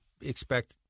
expect